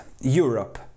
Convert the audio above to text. Europe